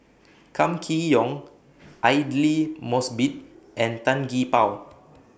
Kam Kee Yong Aidli Mosbit and Tan Gee Paw